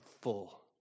full